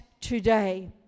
today